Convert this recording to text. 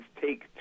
take